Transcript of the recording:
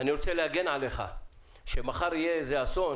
אני רוצה להגן עליך, כשמחר יהיה איזה אסון